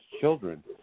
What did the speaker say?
children